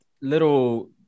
little